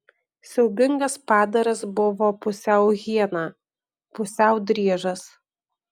siaubingas padaras buvo pusiau hiena pusiau driežas